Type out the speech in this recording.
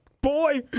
boy